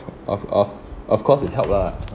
of of of course it help lah